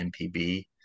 MPB